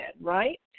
right